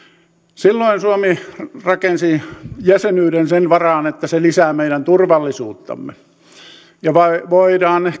silloin suomi rakensi jäsenyyden sen varaan että se lisää meidän turvallisuuttamme ja voidaan